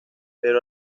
pero